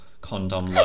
condom